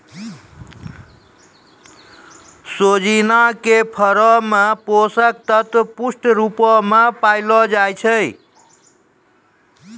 सोजिना के फरो मे पोषक तत्व पुष्ट रुपो मे पायलो जाय छै